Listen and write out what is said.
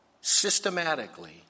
systematically